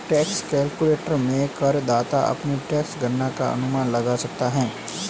tax calculator में करदाता अपनी टैक्स गणना का अनुमान लगा सकता है